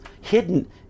hidden